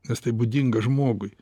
nes tai būdinga žmogui